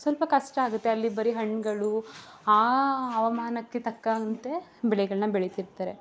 ಸ್ವಲ್ಪ ಕಷ್ಟ ಆಗತ್ತೆ ಅಲ್ಲಿ ಬರಿ ಹಣ್ಣುಗಳು ಆ ಹವಾಮಾನಕ್ಕೆ ತಕ್ಕಂತೆ ಬೆಳೆಗಳನ್ನ ಬೆಳೀತಿರ್ತಾರೆ